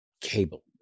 cable